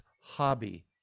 hobby